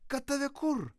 kad tave kur